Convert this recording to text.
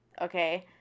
okay